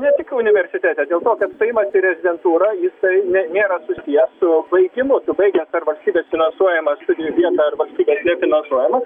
ne tik universitete dėl to kad stojimas į rezidentūrą jisai ne nėra susijęs su baigimu baigia per valstybės finansuojamą studijų vietą ar valstybės finansuojama